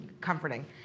comforting